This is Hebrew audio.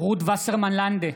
רות וסרמן לנדה,